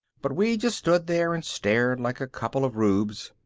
but we just stood there and stared like a couple of rubes.